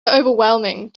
overwhelming